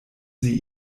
sie